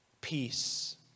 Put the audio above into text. Peace